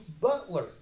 butler